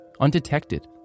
undetected